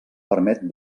permet